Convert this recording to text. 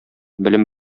белем